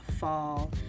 fall